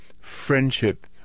friendship